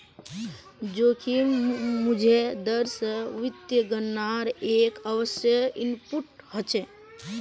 जोखिम मुक्त दर स वित्तीय गणनार एक आवश्यक इनपुट हछेक